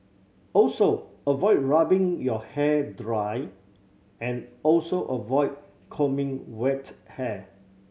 also avoid rubbing your hair dry and also avoid combing wet hair